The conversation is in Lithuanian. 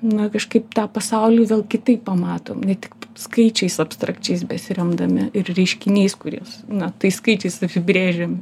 na kažkaip tą pasaulį vėl kitaip pamatom ne tik skaičiais abstrakčiais besiremdami ir reiškiniais kurie s na tais skaičiais apibrėžiami